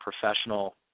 professional